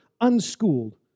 unschooled